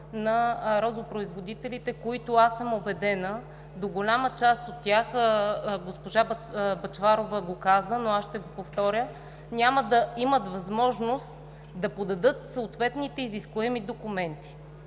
на розопроизводителите, които – аз съм убедена, че голяма част от тях – госпожа Бъчварова го каза, но аз ще го повторя – няма да имат възможност да подадат съответните изискуеми документи.